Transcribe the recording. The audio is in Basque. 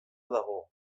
dago